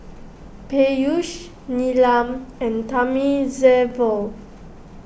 Peyush Neelam and Thamizhavel